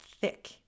thick